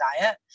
diet